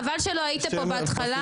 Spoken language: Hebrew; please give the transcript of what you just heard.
צבי חבל שלא היית פה בהתחלה,